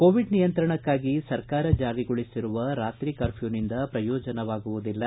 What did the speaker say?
Covid ನಿಯಂತ್ರಣಕ್ಕಾಗಿ ಸರ್ಕಾರ ಜಾರಿಗೊಳಿಸಿರುವ ರಾತ್ರಿ ಕರ್ಮ್ಲೂನಿಂದ ಪ್ರಯೋಜನವಾಗುವುದಿಲ್ಲ